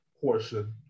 portion